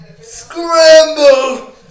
Scramble